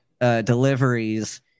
deliveries